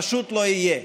פשוט לא יהיה.